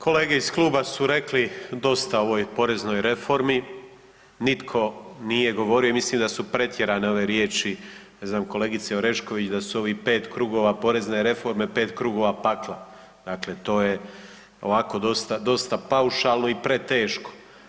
Kolege iz kluba su rekli dosta o ovoj poreznoj reformi, nitko nije govorio, mislim da su pretjerane ove riječi, ne znam, kolegice Orešković, da su ovih 5 krugova porezne reforme 5 krugova pakla, dakle to je, ovako dosta paušalno i preteško.